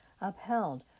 upheld